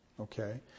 Okay